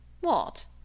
What